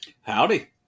Howdy